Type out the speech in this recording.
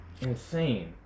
insane